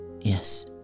Yes